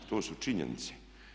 To su činjenice.